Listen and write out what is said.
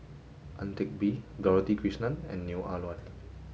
Ang Teck Bee Dorothy Krishnan and Neo Ah Luan